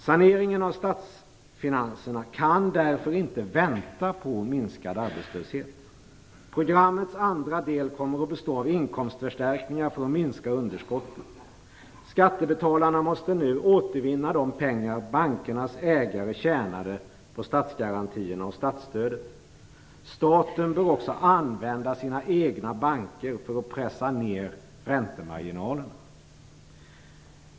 Saneringen av statsfinanserna kan därför inte vänta på minskad arbetslöshet. Programmets andra del kommer att bestå av inkomstförstärkningar för att minska underskotten. Skattebetalarna måste nu återvinna de pengar bankernas ägare tjänade på statsgarantierna och statsstödet. Staten bör också använda sina egna banker för att pressa ner räntemarginalerna.